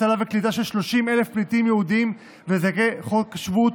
הצלה וקליטה של 30,000 פליטים יהודים וזכאי חוק השבות